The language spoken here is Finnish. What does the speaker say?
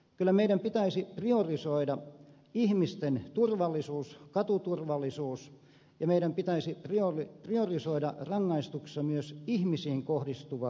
kyllä meidän pitäisi priorisoida ihmisten turvallisuus katuturvallisuus ja meidän pitäisi priorisoida rangaistuksissa myös ihmisiin kohdistuva väkivalta